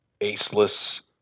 aceless